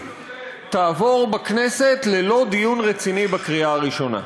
תעבור בכנסת ללא דיון רציני בקריאה הראשונה.